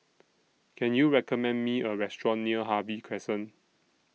Can YOU recommend Me A Restaurant near Harvey Crescent